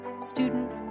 student